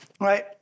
Right